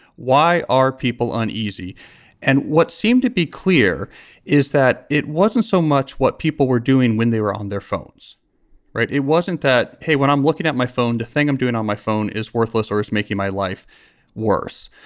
why are people uneasy and what seemed to be clear is that it wasn't so much what people were doing when they were on their phones right. it wasn't that hey when i'm looking at my phone to think i'm doing on my phone is worthless or it's making my life worse.